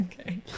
Okay